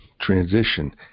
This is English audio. transition